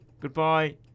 Goodbye